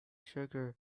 sugar